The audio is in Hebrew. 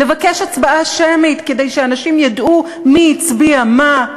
לבקש הצבעה שמית כדי שאנשים ידעו מי הצביע מה.